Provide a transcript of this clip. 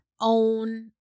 own